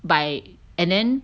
by and then